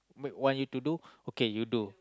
wait want you to do okay you do